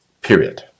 Period